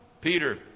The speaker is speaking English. Peter